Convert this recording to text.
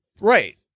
Right